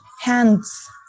hands